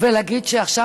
ולהגיד שעכשיו,